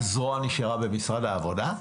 הזרוע נשארה במשרד העבודה?